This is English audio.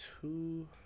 two